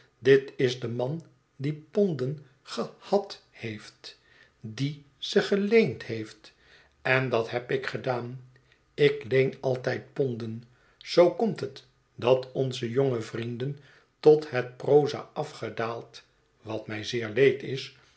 dit is de man die ponden g e h a d heeft die ze geleend heeft en dat heb ik gedaan ik leen altijd ponden zoo komt het dat onze jonge vrienden tot het proza afgedaald